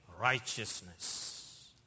righteousness